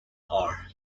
are